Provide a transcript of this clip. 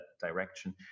direction